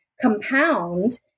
compound